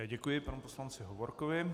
Děkuji panu poslanci Hovorkovi.